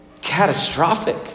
catastrophic